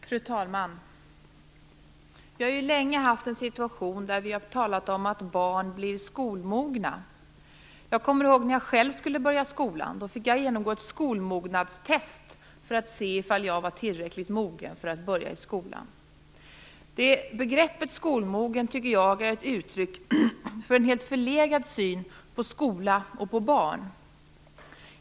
Fru talman! Vi har länge haft en situation där vi har talat om att barn blir skolmogna. Jag kommer ihåg när jag själv skulle börja skolan. Då fick jag genomgå ett skolmognadstest för att se om jag var tillräckligt mogen för att börja i skolan. Jag tycker att begreppet skolmogen är ett uttryck för en helt förlegad syn på skola och på barn.